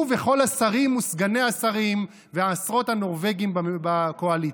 הוא וכל השרים וסגני השרים ועשרות הנורבגים בקואליציה.